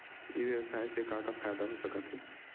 ई व्यवसाय से का का फ़ायदा हो सकत हे?